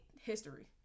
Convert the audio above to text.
history